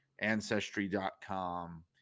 Ancestry.com